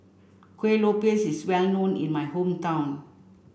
Kuih Lopes is well known in my hometown